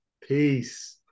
peace